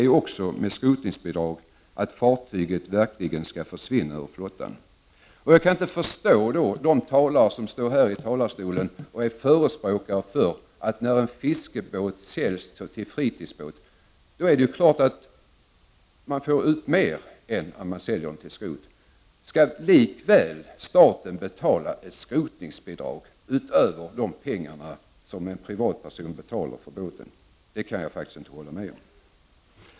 Men avsikten med skrotningsbidraget är också att fartyget verkligen skall försvinna ur flottan. Jag kan inte förstå de talare som här i talarstolen förespråkar ett skrotningsbidrag. När en fiskebåt säljs för användning som fritidsbåt får man ut mer än när den säljs till skrot. Jag kan inte hålla med om att staten likväl skall betala ett skrotningsbidrag utöver de pengar som en privatperson betalar för båten.